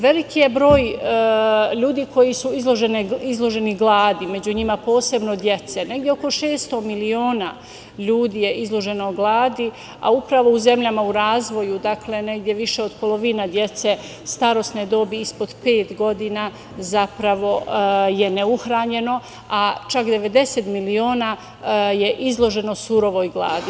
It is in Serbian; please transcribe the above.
Veliki je broj ljudi koji su izloženi gladi, među njima posebno dece, negde oko 600 miliona ljudi je izloženo gladi, a upravo u zemljama u razvoju, dakle, negde više od polovine dece starosne dobi ispod pet godina, zapravo, je neuhranjeno, a čak 90 miliona je izloženo surovoj gladi.